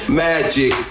magic